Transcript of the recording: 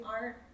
art